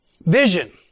Vision